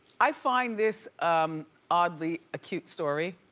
i find this oddly a cute story,